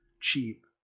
cheap